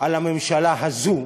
על הממשלה הזאת?